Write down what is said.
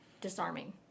disarming